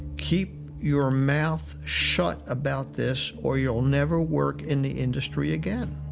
keep your mouth shut about this or you'll never work in the industry again.